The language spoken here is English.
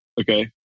okay